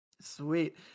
Sweet